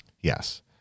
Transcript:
Yes